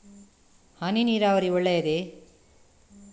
ಹನಿ ನೀರಾವರಿ ಒಳ್ಳೆಯದೇ?